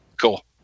Cool